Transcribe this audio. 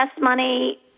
money